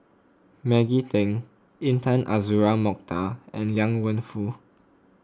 Maggie Teng Intan Azura Mokhtar and Liang Wenfu